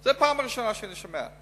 זו פעם ראשונה שאני שומע.